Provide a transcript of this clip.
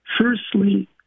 firstly